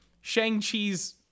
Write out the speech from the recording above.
Shang-Chi's